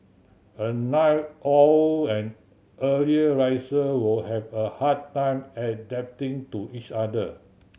a night owl and early riser will have a hard time adapting to each other